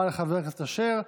תודה רבה לחבר הכנסת אשר.